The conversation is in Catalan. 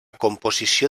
composició